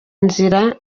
nzira